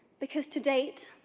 because to date,